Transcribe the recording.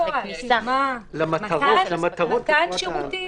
"מתן שירותים"?